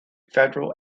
federal